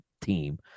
team